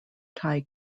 thai